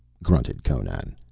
grunted conan,